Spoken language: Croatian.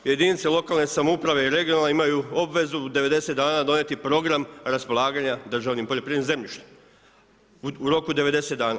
Jedinice lokalne samouprave i regionalne imaju obvezu 90 dana donijeti program raspolaganja državnim poljoprivrednim zemljištem u roku od 90 dana.